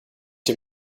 dem